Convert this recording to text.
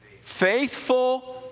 Faithful